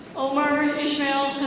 omar ishmael